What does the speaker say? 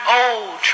old